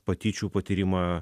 patyčių patyrimą